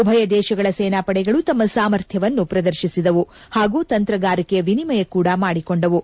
ಉಭಯ ದೇಶಗಳ ಸೇನಾ ಪಡೆಗಳು ತಮ್ಮ ಸಾಮರ್ಥ್ಲವನ್ನು ಪ್ರದರ್ಶಿಸಿತು ಹಾಗೂ ತಂತ್ರಗಾರಿಕೆಯ ವಿನಿಮಯ ಕೂಡ ಮಾಡಿಕೊಂಡಿತು